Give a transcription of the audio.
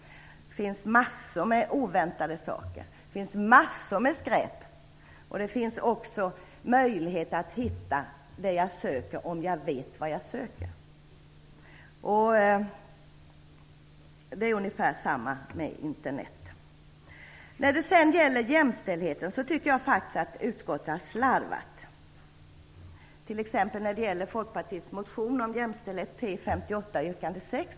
Där finns det massor av oväntade saker och massor av skräp, men det finns också en möjlighet för mig att hitta det jag söker om jag vet vad jag söker. Det är ungefär detsamma med internet. När det sedan gäller jämställdheten tycker jag faktiskt att utskottet har slarvat. Det gäller t.ex. Folkpartiets motion om jämställdhet, T 58 yrkande 6.